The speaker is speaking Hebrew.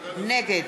נגד